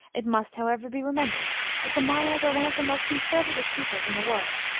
it must, however, be remembered that the mayas are one of the most conservative peoples in the world.